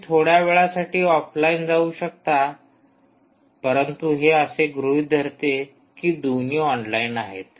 तुम्ही थोड्यावेळासाठी ऑफलाईन जाऊ शकता परंतु हे असे गृहीत धरते कि दोन्ही ऑनलाईन आहेत